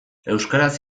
euskaraz